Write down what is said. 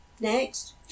Next